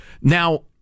Now